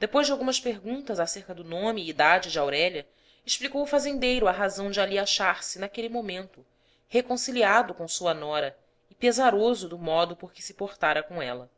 depois de algumas perguntas acerca do nome e idade de aurélia explicou o fazendeiro a razão de ali achar-se naquele momento reconciliado com sua nora e pesaroso do modo por que se portara com ela